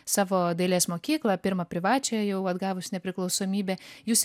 savo dailės mokyklą pirmą privačią jau atgavus nepriklausomybę jūs